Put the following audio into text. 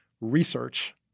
research